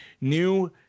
new